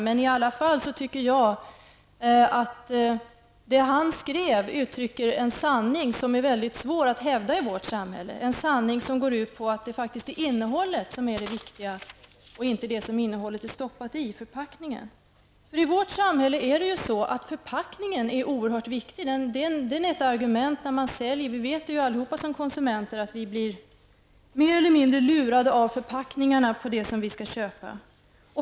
Men jag tycker ändå att hans ord uttrycker en sanning som är svår att hävda i vårt samhälle, nämligen att det är innehållet som är det viktiga, inte förpackningen som omsluter innehållet. I vårt samhälle är förpackningen oerhört viktig. Den är ett argument vid försäljningen. Vi vet alla att vi som konsumenter blir mer eller mindre lurade av förpackningarna till det som vi skall köpa.